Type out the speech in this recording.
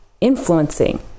influencing